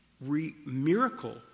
miracle